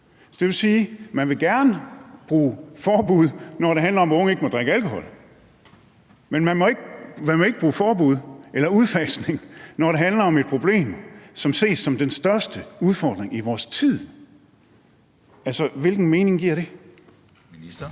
Det vil sige, at man gerne vil bruge forbud, når det handler om, at unge ikke må drikke alkohol, men man må ikke bruge forbud eller udfasning, når det handler om et problem, som ses som den største udfordring i vores tid. Hvilken mening giver det? Kl.